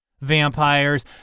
vampires